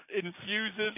infuses